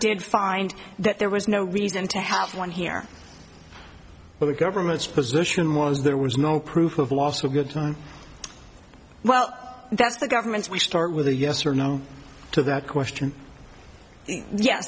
did find that there was no reason to have one here but the government's position was there was no proof of also good well that's the government's we start with a yes or no to that question ye